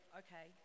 okay